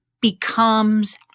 becomes